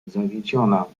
zawiedziona